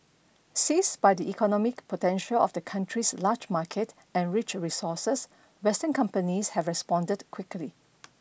seized by the economic potential of the country's large market and rich resources western companies have responded quickly